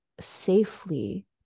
safely